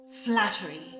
Flattery